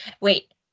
Wait